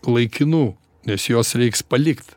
laikinų nes juos reiks palikt